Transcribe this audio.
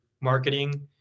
marketing